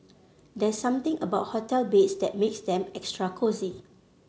there's something about hotel beds that makes them extra cosy